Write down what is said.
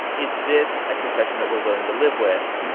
is this a concession that we're willing to live with,